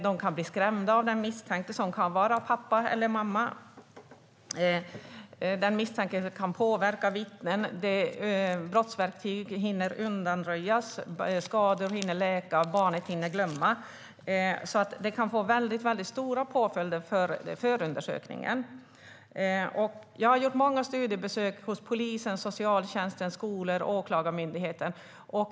De kan bli skrämda av den misstänkte, som kan vara pappan eller mamman. Den misstänkte kan påverka vittnen, brottsverktyg hinner undanröjas, skador hinner läka och barnen hinner glömma. Det kan alltså få mycket stora följder för förundersökningen. Jag har gjort många studiebesök hos polisen, socialtjänsten, skolor och Åklagarmyndigheten.